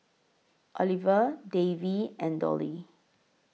Oliva Davey and Dollye